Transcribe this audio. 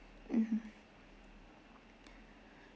mmhmm